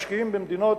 משקיעים במדינות,